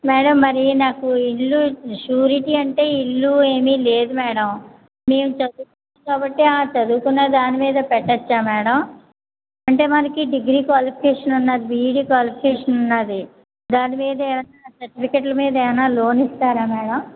madam మరి నాకు ఇల్లు షూరిటీ అంటే ఇల్లు ఏమీ లేదు మ్యాడమ్ మేం చదువుకోలే కాబట్టి చదువుకున్న దాని మీదే పెట్టచ్చా మ్యాడమ్ అంటే వారికి డిగ్రీ క్వాలిఫికేషన్ ఉన్నది బీఈడీ క్వాలిఫికేషన్ ఉన్నది దాని మీద ఏవన్నా సర్టిఫికేట్లు మీద ఏవన్నా లోన్ ఇస్తారా మ్యాడమ్